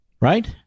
Right